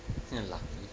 你很 lucky